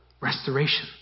restoration